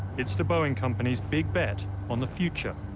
it's the boeing company's big bet on the future,